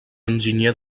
enginyer